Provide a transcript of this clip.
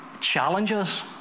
challenges